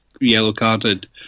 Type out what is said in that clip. yellow-carded